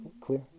clear